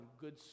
good